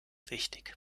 wichtig